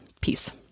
Peace